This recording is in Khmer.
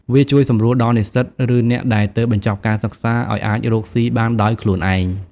វាជួយសម្រួលដល់និស្សិត ឬអ្នកដែលទើបបញ្ចប់ការសិក្សាឱ្យអាចរកស៊ីបានដោយខ្លួនឯង។